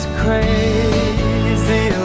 crazy